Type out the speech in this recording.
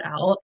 out